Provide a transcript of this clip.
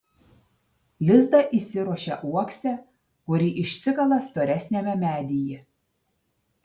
lizdą įsiruošia uokse kurį išsikala storesniame medyje